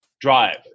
Drive